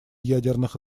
ядерных